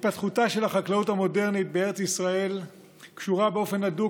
התפתחותה של החקלאות המודרנית בארץ ישראל קשורה באופן הדוק